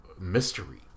mystery